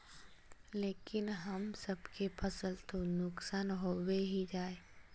लेकिन हम सब के फ़सल तो नुकसान होबे ही जाय?